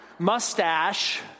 mustache